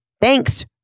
thanks